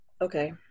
Okay